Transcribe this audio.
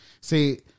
See